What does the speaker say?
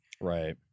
Right